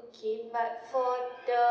okay but for the